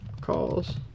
calls